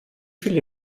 viele